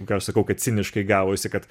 ką aš sakau kad ciniškai gavosi kad